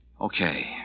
Okay